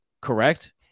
correct